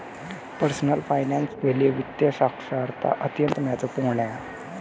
personal finance के लिए वित्तीय साक्षरता अत्यंत महत्वपूर्ण है